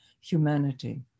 humanity